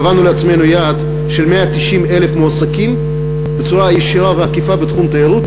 קבענו לעצמנו יעד של 190,000 מועסקים בצורה ישירה ועקיפה בתחום התיירות,